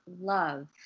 love